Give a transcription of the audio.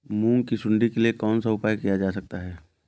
मूंग की सुंडी के लिए कौन सा उपाय किया जा सकता है?